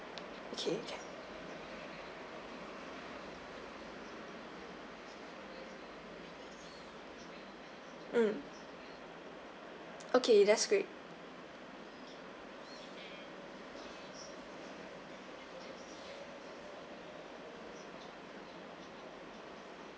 okay can mm okay that's great